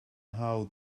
how